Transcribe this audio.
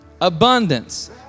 Abundance